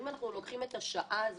אם אנחנו לוקחים את השעה הזו